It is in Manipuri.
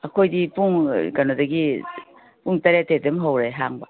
ꯑꯩꯈꯣꯏꯗꯤ ꯄꯨꯡ ꯀꯩꯅꯣꯗꯒꯤ ꯄꯨꯡ ꯃꯇꯦꯠꯇꯒꯤ ꯑꯗꯨꯝ ꯍꯧꯔꯦ ꯍꯥꯡꯕ